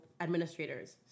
administrators